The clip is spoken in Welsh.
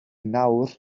nawr